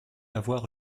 avoir